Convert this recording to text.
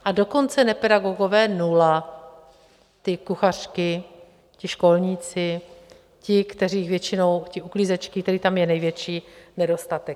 A dokonce nepedagogové nula, ty kuchařky, ti školníci, ti, kteří většinou, ty uklízečky, kterých tam je největší nedostatek.